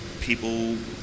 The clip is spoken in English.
people